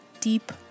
deep